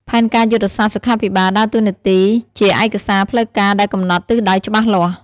ផែនការយុទ្ធសាស្ត្រសុខាភិបាលដើរតួនាទីជាឯកសារផ្លូវការដែលកំណត់ទិសដៅច្បាស់លាស់។